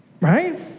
right